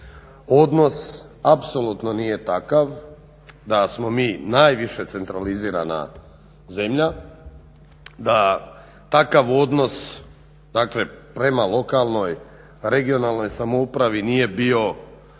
odnos apsolutno nije takav, da smo mi najviše centralizirana zemlja, da takav odnos dakle prema lokalnoj, regionalnoj samoupravi nije bio